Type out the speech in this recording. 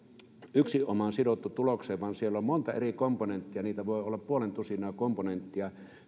yksinomaan tulokseen vaan siellä on monta eri komponenttia niitä voi olla puolen tusinaa komponenttia